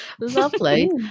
Lovely